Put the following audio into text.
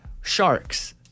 Sharks